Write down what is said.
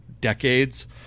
decades